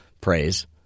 praise